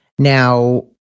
Now